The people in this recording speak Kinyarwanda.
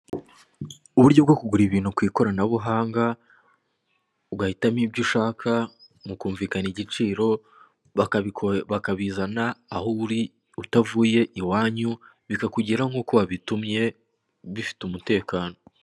Uburyo bwo kugura ibintu kw'ikoranabuhanga ugahitamo ibyo ushaka, mukumvikana igiciro, bakabizana aho uri utavuye iwanyu, bikakugeraho nk'uko wabitumye, bifite umutekano.